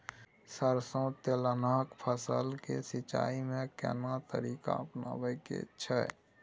सरसो तेलहनक फसल के सिंचाई में केना तरीका अपनाबे के छै?